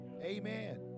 Amen